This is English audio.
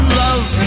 love